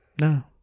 No